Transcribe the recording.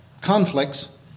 conflicts